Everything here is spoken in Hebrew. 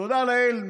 תודה לאל,